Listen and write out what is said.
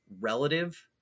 relative